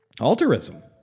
altruism